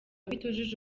bitujuje